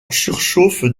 surchauffe